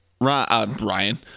Ryan